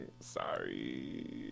Sorry